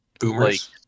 boomers